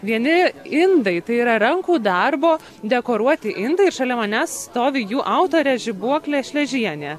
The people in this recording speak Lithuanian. vieni indai tai yra rankų darbo dekoruoti indai ir šalia manęs stovi jų autorė žibuoklė šležienė